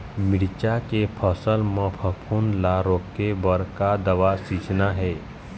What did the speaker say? मिरचा के फसल म फफूंद ला रोके बर का दवा सींचना ये?